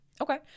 okay